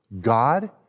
God